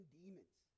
demons